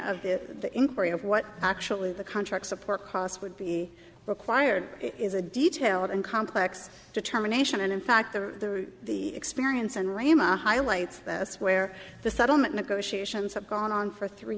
of the inquiry of what actually the contract support costs would be required is a detailed and complex determination and in fact the experience and ramo highlights that's where the settlement negotiations have gone on for three